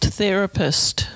therapist